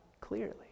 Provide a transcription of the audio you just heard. clearly